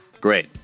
Great